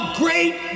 great